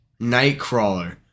Nightcrawler